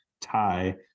tie